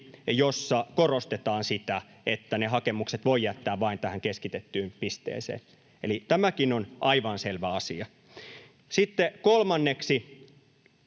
jossa korostetaan sitä, että ne hakemukset voi jättää vain tähän keskitettyyn pisteeseen. Eli tämäkin on aivan selvä asia. Sitten kolmanneksi